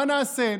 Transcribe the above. מה נעשה?